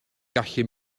gallu